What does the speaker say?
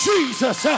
Jesus